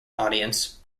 audience